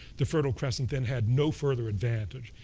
the fertile crescent then had no further advantage.